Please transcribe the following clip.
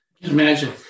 Imagine